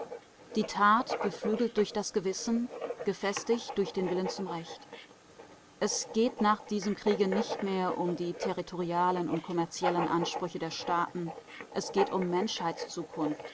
die tat beflügelt durch das gewissen gefestigt durch den willen zum recht es geht nach diesem kriege nicht mehr um die territorialen und kommerziellen ansprüche der staaten es geht um